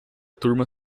turma